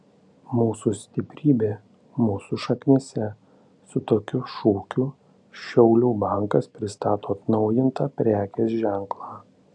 mūsų stiprybė mūsų šaknyse su tokiu šūkiu šiaulių bankas pristato atnaujintą prekės ženklą